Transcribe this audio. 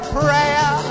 prayer